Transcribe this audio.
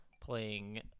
playing